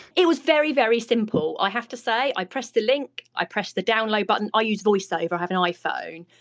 it was very, very simple, i have to say, i pressed the link, i pressed the download button. i use voiceover, i have an iphone,